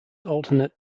alternate